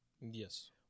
Yes